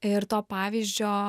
ir to pavyzdžio